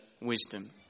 wisdom